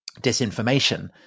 disinformation